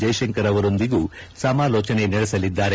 ಜೈಶಂಕರ್ ಅವರೊಂದಿಗೂ ಸಮಾಲೋಚನೆ ನಡೆಸಲಿದ್ದಾರೆ